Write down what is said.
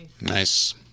Nice